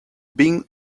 being